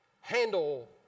handle